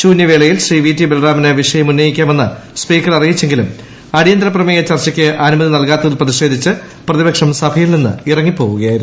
ശൂന്യവേളയിൽ വിഷയം ഉന്നയിക്കാമെന്ന് സ്പീക്കർ അറിയിച്ചെങ്കിലും അടിയന്തിര പ്രമേയ ചർച്ചയ്ക്ക് അനുമതി നൽകാത്തിൽ പ്രതിഷേധിച്ച് പ്രതിപക്ഷം സഭയിൽ നിന്ന് ഇറങ്ങിപ്പോവുകയായിരുന്നു